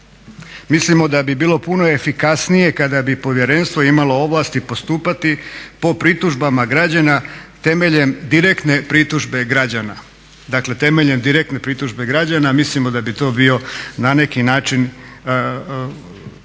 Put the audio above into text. Mislimo da bi bilo puno efikasnije kada bi povjerenstvo imalo ovlasti postupati po pritužbama građana temeljem direktne pritužbe građana. Mislimo da bi to bio na neki način